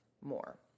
more